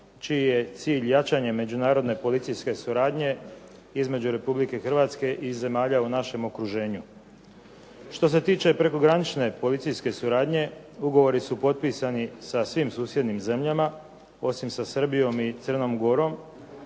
čiji je cilj jačanje međunarodne policijske suradnje između Republike Hrvatske i zemalja u našem okruženju. Što se tiče prekogranične policijske suradnje, ugovori su potpisani sa svim susjednim zemljama, osim sa Srbijom i Crnom Gorom,